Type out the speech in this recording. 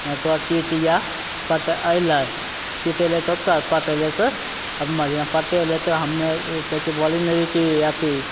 जेना टॉस चित या पट अएलै चित अएलै तऽ ओकर पट अएलै तऽ हमर जेना पटे अएलै तऽ हम कहै छिए बॉलिन्ग लेबही कि अथी